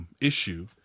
Issue